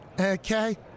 okay